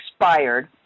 expired